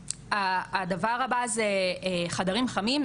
הדבר הבא זה חדרים חמים,